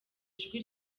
ijwi